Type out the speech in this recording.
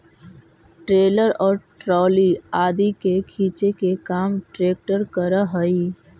trailer और trolley आदि के खींचे के काम ट्रेक्टर करऽ हई